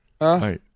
Right